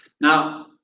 Now